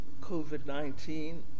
COVID-19